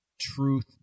truth